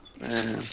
Man